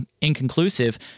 inconclusive